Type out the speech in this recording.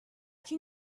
can